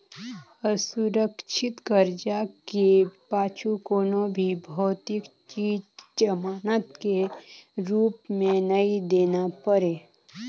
असुरक्छित करजा के पाछू कोनो भी भौतिक चीच जमानत के रूप मे नई देना परे